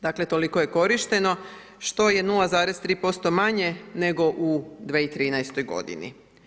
Dakle, toliko je korišteno, što je 0,3% manje nego u 2013. godini.